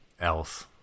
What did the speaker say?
else